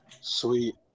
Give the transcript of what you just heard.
sweet